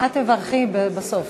את תברכי בסוף.